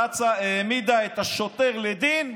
רצה, העמידה את השוטר לדין,